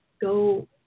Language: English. go